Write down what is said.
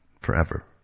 Forever